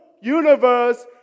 universe